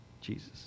Jesus